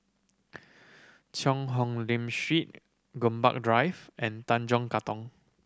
Cheang Hong Lim Street Gombak Drive and Tanjong Katong